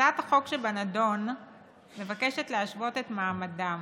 הצעת החוק שבנדון מבקשת להשוות את מעמדם